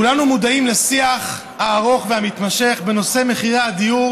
כולנו מודעים לשיח הארוך והמתמשך בנושא מחירי הדיור